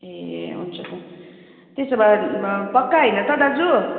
ए हुन्छ त त्यसो भए पक्का होइन त दाजु